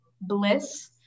bliss